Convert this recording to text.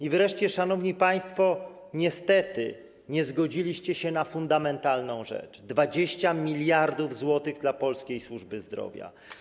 I wreszcie, szanowni państwo, niestety nie zgodziliście się na fundamentalną rzecz: 20 mld zł dla polskiej służby zdrowia.